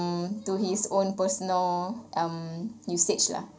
uh to his own personal um usage lah